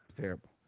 Terrible